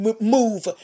move